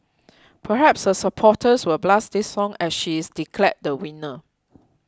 perhaps her supporters will blast this song as she is declared the winner